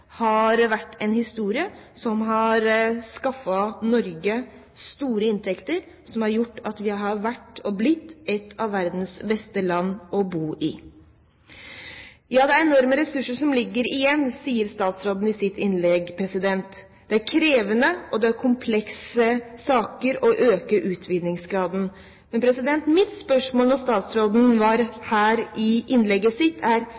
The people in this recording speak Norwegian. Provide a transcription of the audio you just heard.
har vært en historie som har skaffet Norge store inntekter, som har gjort at vi har blitt et av verdens beste land å bo i. Det er enorme ressurser som ligger igjen, sier statsråden i sitt innlegg. Det er krevende, og det er komplekse saker å øke utvinningsgraden. Men spørsmålene mine, da statsråden var der i innlegget sitt, er: